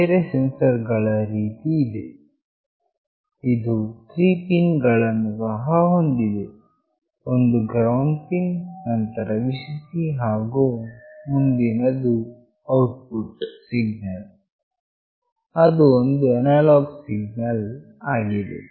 ಬೇರೆ ಸೆನ್ಸರ್ ಗಳ ರೀತಿ ಇದೆ ಇದು 3 ಪಿನ್ ಗಳನ್ನು ಸಹ ಹೊಂದಿದೆ ಒಂದು ಗ್ರೌಂಡ್ ಪಿನ್ ನಂತರ Vcc ಹಾಗು ಮುಂದಿನದು ಔಟ್ಪುಟ್ ಸಿಗ್ನಲ್ ಅದು ಒಂದು ಅನಲಾಗ್ ಸಿಗ್ನಲ್ ಆಗಿದೆ